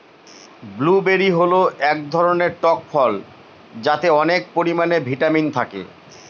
blueberry হল এক ধরনের টক ফল যাতে অনেক পরিমানে ভিটামিন থাকে